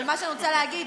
אבל מה שאני רוצה להגיד,